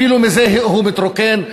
אפילו מזה הוא מתרוקן,